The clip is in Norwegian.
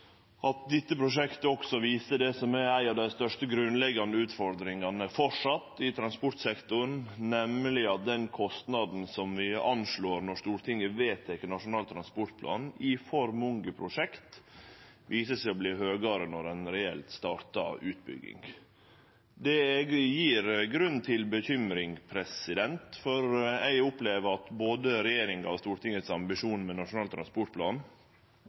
at dette prosjektet også viser det som framleis er ei av dei største grunnleggjande utfordringane i transportsektoren, nemleg at den kostnaden vi anslår når Stortinget vedtek Nasjonal transportplan, i for mange prosjekt viser seg å verte høgare når ein reelt startar utbygginga. Det gjev grunn til bekymring, for eg opplever at både regjeringas og Stortingets ambisjon med Nasjonal transportplan